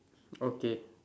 okay